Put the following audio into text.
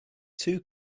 two